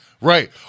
Right